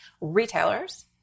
retailers